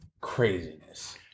Craziness